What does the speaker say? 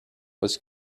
was